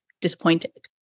disappointed